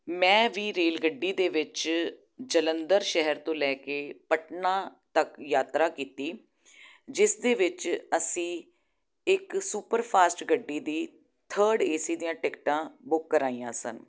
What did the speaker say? ਮੈਂ ਵੀ ਰੇਲ ਗੱਡੀ ਦੇ ਵਿੱਚ ਜਲੰਧਰ ਸ਼ਹਿਰ ਤੋਂ ਲੈ ਕੇ ਪਟਨਾ ਤੱਕ ਯਾਤਰਾ ਕੀਤੀ ਜਿਸ ਦੇ ਵਿੱਚ ਅਸੀਂ ਇੱਕ ਸੁਪਰ ਫਾਸਟ ਗੱਡੀ ਦੀ ਥਰਡ ਏਸੀ ਦੀਆਂ ਟਿਕਟਾਂ ਬੁੱਕ ਕਰਾਈਆਂ ਸਨ